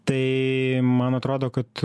tai man atrodo kad